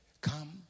Come